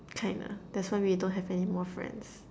kinda that's why we don't have anymore friends